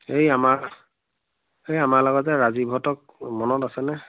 এই আমাৰ এই আমাৰ লগতে যে ৰাজীৱ হঁতক মনত আছেনে